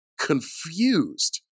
confused